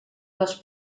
les